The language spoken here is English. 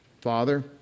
father